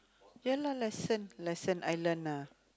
ya lah lesson lesson I learn lah